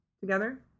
together